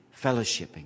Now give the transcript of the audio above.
fellowshipping